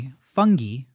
fungi